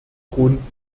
grund